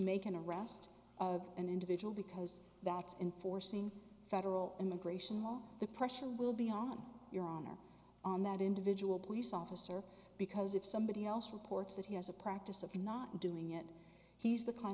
make an arrest of an individual because that's enforcing federal immigration law the pressure will be on your honor on that individual police officer because if somebody else reports that he has a practice of not doing it he's the kind